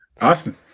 Austin